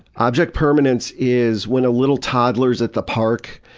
object permanence is when a little toddler's at the park,